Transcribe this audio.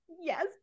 yes